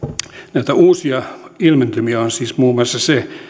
näitä uusia ilmentymiä on on muun muassa se